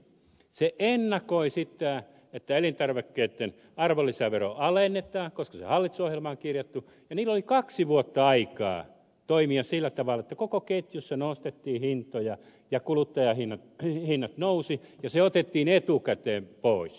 se ennakoi sitä että elintarvikkeitten arvonlisävero alennetaan koska se on hallitusohjelmaan kirjattu ja sillä oli kaksi vuotta aikaa toimia sillä tavalla että koko ketjussa nostettiin hintoja ja kuluttajahinnat nousivat ja se otettiin etukäteen pois